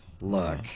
look